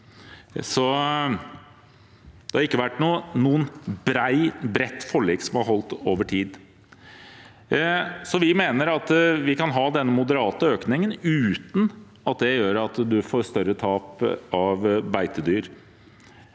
Det har ikke vært noe bredt forlik som har holdt over tid. Vi mener vi kan ha denne mode rate økningen uten at det medfører større tap av beitedyr.